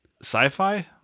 sci-fi